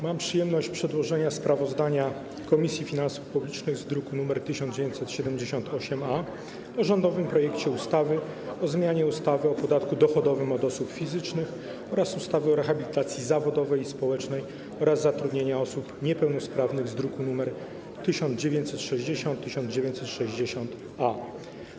Mam przyjemność przedłożenia sprawozdania Komisji Finansów Publicznych z druku nr 1978-A o rządowym projekcie ustawy o zmianie ustawy o podatku dochodowym od osób fizycznych oraz ustawy o rehabilitacji zawodowej i społecznej oraz zatrudnianiu osób niepełnosprawnych z druków nr 1960 i 1960-A.